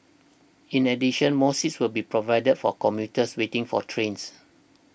in addition more seats will be provided for commuters waiting for trains